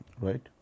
right